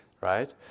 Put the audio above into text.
right